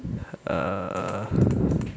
err